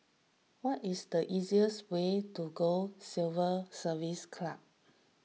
what is the easiest way to go Civil Service Club